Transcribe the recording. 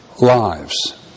lives